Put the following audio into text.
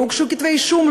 לא הוגשו כתבי-אישום,